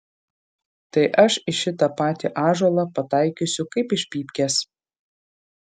tai aš į šitą patį ąžuolą pataikysiu kaip iš pypkės